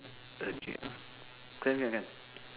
okay can can can